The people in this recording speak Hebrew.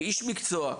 כאיש מקצוע,